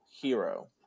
hero